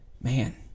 man